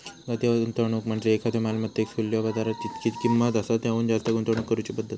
अति गुंतवणूक म्हणजे एखाद्यो मालमत्तेत खुल्यो बाजारात जितकी किंमत आसा त्याहुन जास्त गुंतवणूक करुची पद्धत